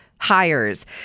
Hires